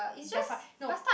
their no